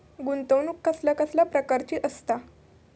गुंतवणूक कसल्या कसल्या प्रकाराची असता?